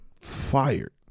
fired